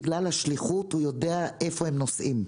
בגלל השליחות, הוא יודע היכן הם נוסעים.